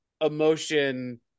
emotion